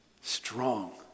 strong